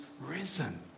risen